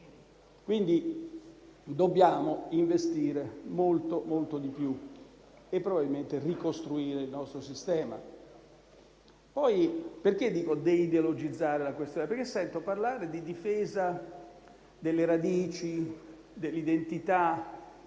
Quindi, dobbiamo investire molto di più e probabilmente ricostruire il nostro sistema. Perché, poi, parlo di deideologizzare la questione? Sento parlare di difesa delle radici e dell'identità.